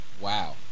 wow